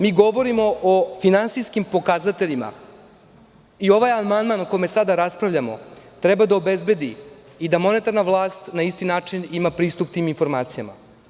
Mi govorimo o finansijskim pokazateljima i ovaj amandman o kome sada raspravljamo treba da obezbedi i da monetarna vlast na isti način ima pristup tim informacijama.